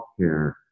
healthcare